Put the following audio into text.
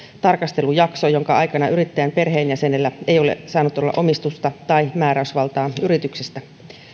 tarkastelujakso jonka aikana yrittäjän perheenjäsenellä ei ole saanut olla omistusta tai määräysvaltaa yrityksistä